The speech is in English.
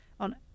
On